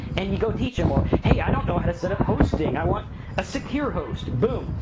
and you go teach them or, hey, i don't know how to set up hosting, i want a secure host. boom,